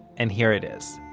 and here it is.